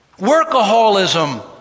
Workaholism